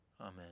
Amen